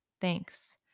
Thanks